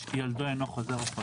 (3)ילדו אינו חוזר או חולה.